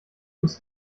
bist